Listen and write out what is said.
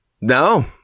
No